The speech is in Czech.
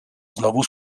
znovu